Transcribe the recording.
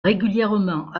régulièrement